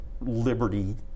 Liberty